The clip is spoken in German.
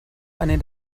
einer